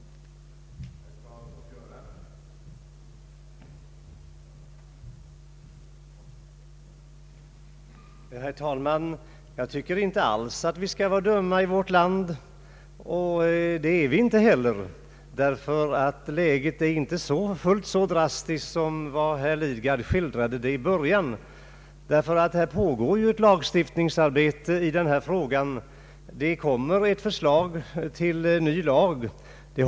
Jag yrkar bifall till reservationen.